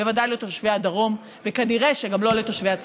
בוודאי לא לתושבי הדרום,